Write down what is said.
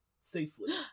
Safely